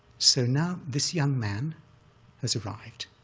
so now this young man has arrived.